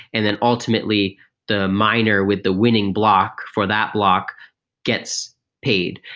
and then ultimately the miner with the winning block for that block gets paid.